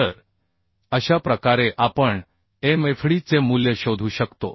तर अशा प्रकारे आपण mfd चे मूल्य शोधू शकतो